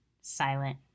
silent